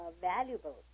valuable